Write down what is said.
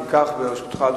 ברשותך,